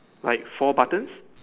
like four buttons